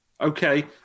Okay